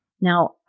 Now